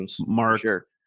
mark